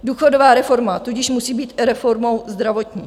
Důchodová reforma tudíž musí být i reformou zdravotní.